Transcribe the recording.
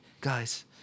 guys